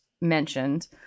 mentioned